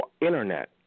Internet